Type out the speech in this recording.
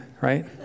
right